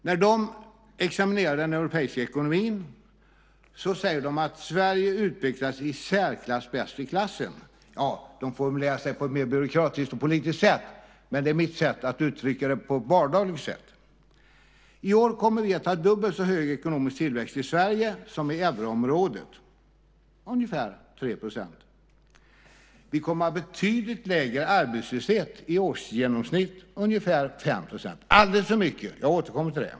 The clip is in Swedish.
När de examinerar den europeiska ekonomin säger de att Sverige utvecklas i särklass bäst i klassen. De formulerar sig på ett mer byråkratiskt och politiskt sätt, men det är mitt sätt att uttrycka det på ett vardagligt sätt. I år kommer vi att ha dubbelt så hög ekonomisk tillväxt i Sverige som i euroområdet, ungefär 3 %. Vi kommer att ha betydligt lägre arbetslöshet, i årsgenomsnitt ungefär 5 %. Det är alldeles för mycket. Jag återkommer till det.